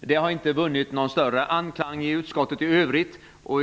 Förslaget har inte vunnit någon större anklang i utskottet.